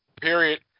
period